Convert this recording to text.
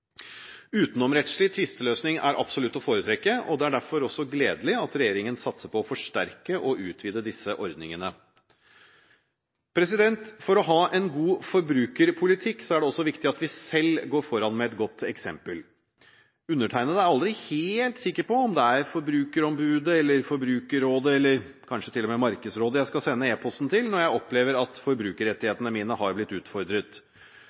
Utenomrettslig tvisteløsning er absolutt å foretrekke, og det er derfor gledelig at regjeringen satser på å forsterke og utvide disse ordningene. For å ha en god forbrukerpolitikk er det også viktig at vi selv går foran med et godt eksempel. Undertegnede er aldri helt sikker på om det er Forbrukerombudet eller Forbrukerrådet, eller kanskje til og med Markedsrådet, jeg skal sende e-posten til når jeg opplever at forbrukerrettighetene mine har blitt utfordret.